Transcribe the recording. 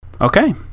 Okay